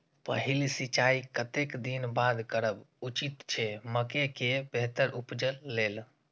पहिल सिंचाई कतेक दिन बाद करब उचित छे मके के बेहतर उपज लेल?